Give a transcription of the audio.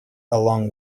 along